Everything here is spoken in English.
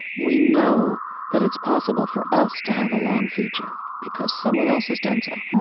we know that it's possible for us to have a long future, because someone else has done so.